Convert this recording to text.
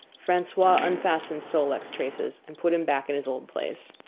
francois unfastened sol-leks's traces and put him back in his old place.